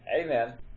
Amen